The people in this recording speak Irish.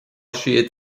siad